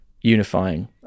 unifying